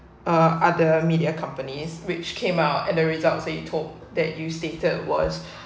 uh other media companies which came out and the results said told that you stated was